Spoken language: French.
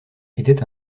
était